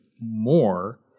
more